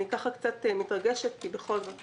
אני קצת מתרגשת כי בכל זאת